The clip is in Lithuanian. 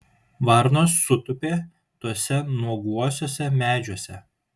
varnos sutūpė tuose nuoguosiuose medžiuose